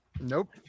Nope